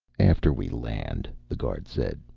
after we land, the guard said.